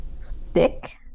Stick